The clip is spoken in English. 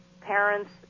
parents